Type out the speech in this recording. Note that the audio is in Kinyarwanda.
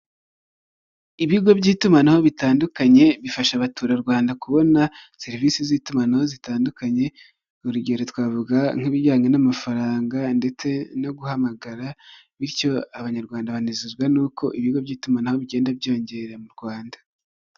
iyi ni inzu nziza yo mu bwoko bwa etaje igerekeranyijemo inshuro ebyiri igizwe n'amabara y'umuhondo amadirishya ni umukara n'inzugi nuko ifite imbuga nini ushobora gukiniramo wowe nabawe mwishimana.